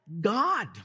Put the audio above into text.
God